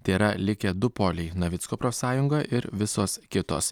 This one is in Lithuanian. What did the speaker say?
tėra likę du poliai navicko profsąjunga ir visos kitos